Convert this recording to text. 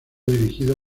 dirigido